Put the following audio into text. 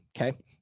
Okay